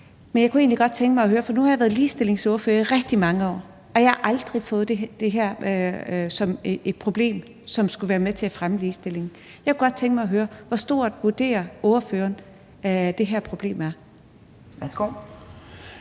der kan ramme enhver kvinde derude. Men nu har jeg været ligestillingsordfører i rigtig mange år, og jeg har aldrig fået fremlagt det her som et problem og noget, som skulle være med til at fremme ligestillingen. Så jeg kunne godt tænke mig at høre: Hvor stort vurderer ordføreren at det her problem er?